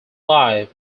live